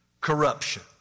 corruption